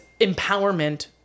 empowerment